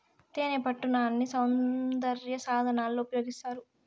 తేనెపట్టు నాన్ని సౌందర్య సాధనాలలో ఉపయోగిస్తారు